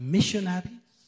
Missionaries